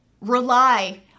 rely